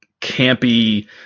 campy